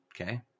Okay